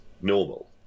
normal